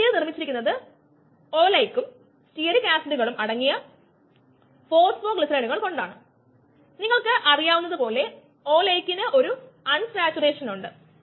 അതിനാൽ നമ്മൾ 1 v versus 1 S അതു S വേർസ്സ് t ഡാറ്റാ എന്നും നമുക്ക് Km vm എന്നത് ഒരു സ്ലോപ്പ് ആയി കിട്ടണം